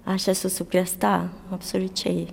aš esu sukrėsta absoliučiai